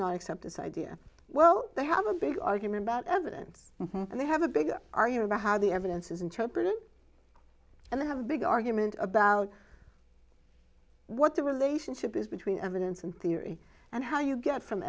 not accept this idea well they have a big argument about evidence and they have a big are you about how the evidence is interpreted and they have a big argument about what the relationship is between evidence and theory and how you get from